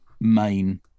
main